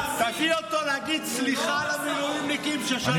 תביא אותו להגיד סליחה למילואימניקים שהוא שלח אותם לעזאזל.